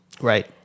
Right